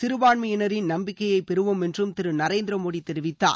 சிறுபான்மையினரின் நம்பிக்கையை பெறுவோம் என்றும் திரு நரேந்திரமோடி தெரிவித்தார்